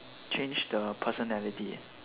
change the personality